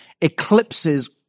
eclipses